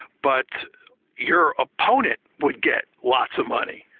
but your opponent would get lots of money,